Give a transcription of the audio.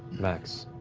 vax.